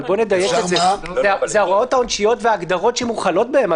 אבל בוא נדייק את זה: זה ההוראות העונשיות וההגדרות שמוחלות בהן,